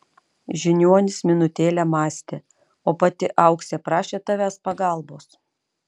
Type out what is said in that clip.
žiniuonis minutėlę mąstė o pati auksė prašė tavęs pagalbos